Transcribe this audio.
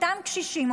אותם קשישים,